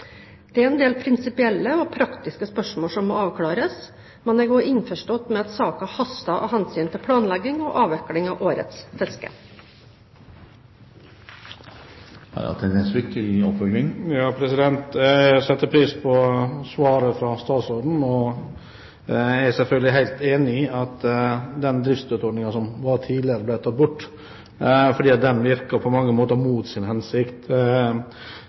Det er en del prinsipielle og praktiske spørsmål som må avklares, men jeg er også innforstått med at saken haster av hensyn til planlegging og avvikling av årets fiske. Jeg setter pris på svaret fra statsråden. Jeg er selvfølgelig helt enig i at den driftsstøtteordningen som var tidligere, ble tatt bort, fordi den virket på mange måter mot sin hensikt.